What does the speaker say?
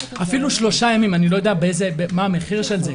אפילו שלושה ימים, אני לא יודע מה המחיר של זה.